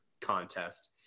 contest